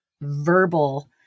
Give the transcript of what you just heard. verbal